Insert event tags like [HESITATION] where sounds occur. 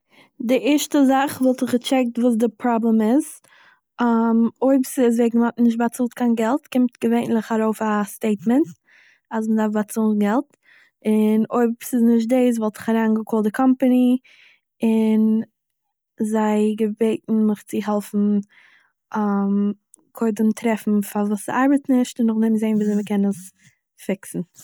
די ערשטע זאך וואלט איך געקטשעקט וואס די פראבלעם איז, [HESITATION] אויב ס'איז וועגן מ'האט נישט באצאלט קיין געלט - קומט געווענלעך ארויף א סטעיטמענט אז מ'דארף באצאלן געלט, און אויב ס'איז נישט דאס, וואלט איך אריינגעקאלט די קאמפעני און זיי געבעטן מיך צו העלפן [HESITATION] קודם טרעפן פארוואס עס ארבעט נישט און נאכדעם זעהן וויאזוי מען קען דאס פיקסן